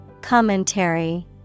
Commentary